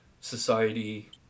society